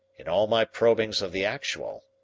in all my probings of the actual,